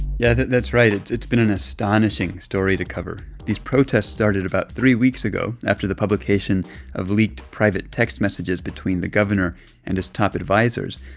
yeah, that's right. it's it's been an astonishing story to cover. these protests started about three weeks ago, after the publication of leaked, private text messages between the governor and his top advisers.